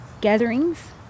gatherings